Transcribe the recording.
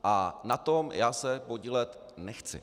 A na tom já se podílet nechci.